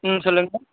ம் சொல்லுங்கள்